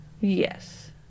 Yes